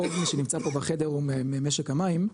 רוב מי שנמצא פה בחדר הוא ממשק המים,